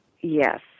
Yes